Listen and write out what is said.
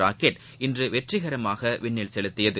rocket இன்று வெற்றிகரமாக விண்ணில் செலுத்தியது